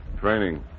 Training